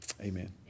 Amen